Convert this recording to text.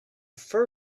fur